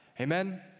amen